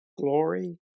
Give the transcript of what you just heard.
glory